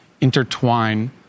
intertwine